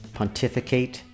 pontificate